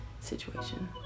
Situation